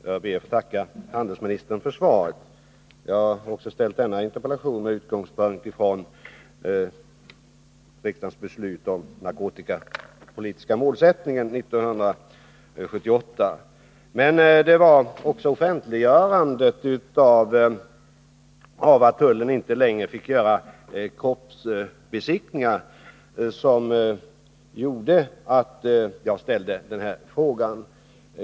Herr talman! Jag ber att få tacka handelsministern för svaret. Även för denna interpellation har utgångspunkten varit riksdagens beslut 1978 om den narkotikapolitiska målsättningen. Det var offentliggörandet av det faktum att tullen inte längre fick göra kroppsbesiktningar som gjorde att jag väckte interpellationen.